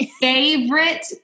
favorite